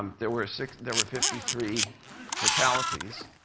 um there were there were fifty three fatalities.